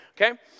Okay